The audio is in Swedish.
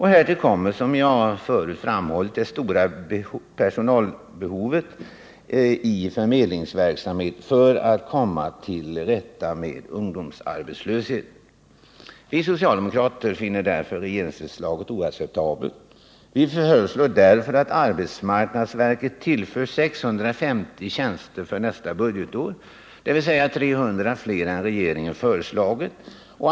Härtill kommer, som jag förut framhållit, det stora behovet av personalinsatser i förmedlingsverksamheten för att komma till rätta med ungdomsarbetslösheten. Vi socialdemokrater finner regeringsförslaget oacceptabelt. Vi föreslår därför att arbetsmarknadsverket tillförs 650 tjänster för nästa budgetår, dvs. 300 fler än regeringen föreslagit.